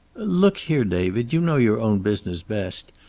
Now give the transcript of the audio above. look here, david, you know your own business best,